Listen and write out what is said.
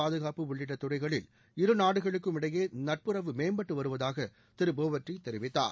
பாதுகாப்பு உள்ளிட்ட துறைகளில் இருநாடுகளுக்கும் இடையே நட்புறவு மேம்பட்டு வருவதாக இச்சந்திப்பின்போது திரு போவர்டி தெரிவித்தார்